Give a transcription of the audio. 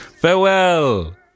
Farewell